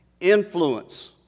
Influence